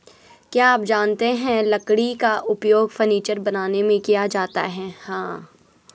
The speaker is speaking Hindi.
क्या आप जानते है लकड़ी का उपयोग फर्नीचर बनाने में किया जाता है?